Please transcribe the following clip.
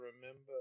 remember